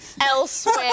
elsewhere